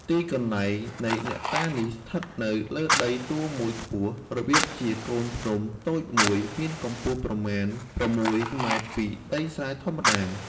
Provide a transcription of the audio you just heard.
ទីកន្លែងនៃអ្នកតានេះ ស្ថិតនៅលើដីទួលមួយខ្ពស់ របៀបជាកូនភ្នំតូចមួយ មានកម្ពស់ប្រមាណ ៦.០០មពីដីស្រែធម្មតា